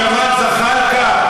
מג'מאל זחאלקה,